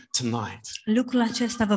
tonight